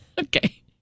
Okay